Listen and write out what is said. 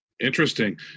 interesting